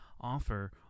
offer